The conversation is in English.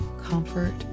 comfort